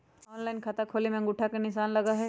Online खाता खोले में अंगूठा के निशान लगहई?